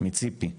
מציפי גלעדי,